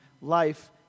Life